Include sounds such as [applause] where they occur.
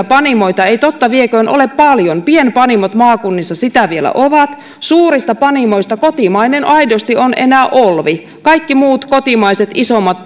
[unintelligible] panimoita ei totta vieköön ole paljon pienpanimot maakunnissa sitä vielä ovat suurista panimoista aidosti kotimainen on enää olvi kaikki muut isommat [unintelligible]